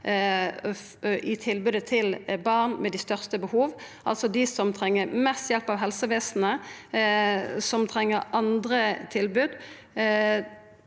i tilbodet til barn med dei største behova, altså dei som treng mest hjelp av helsevesenet, som treng andre tilbod,